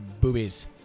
boobies